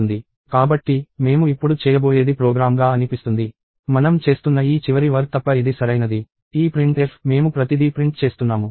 కాబట్టి మేము ఇప్పుడు చేయబోయేది ప్రోగ్రామ్గా అనిపిస్తుంది మనం చేస్తున్న ఈ చివరి వర్క్ తప్ప ఇది సరైనది ఈ printf మేము ప్రతిదీ ప్రింట్ చేస్తున్నాము